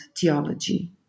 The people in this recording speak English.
theology